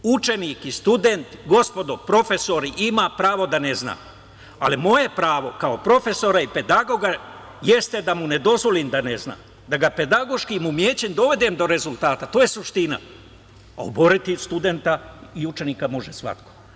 Učenik i student, gospodo profesori, ima pravo da ne zna, ali moje pravo kao profesora i pedagoga jeste da mu ne dozvolim da ne zna, da ga pedagoškim umećem dovedem do rezultata, to je suština, a oboriti učenika i studenta može svako.